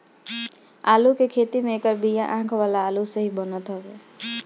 आलू के खेती में एकर बिया आँख वाला आलू से ही बनत हवे